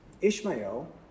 Ishmael